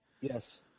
Yes